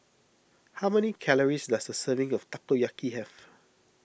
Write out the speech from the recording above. how many calories does a serving of Takoyaki have